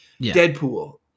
deadpool